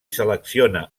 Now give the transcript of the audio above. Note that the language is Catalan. selecciona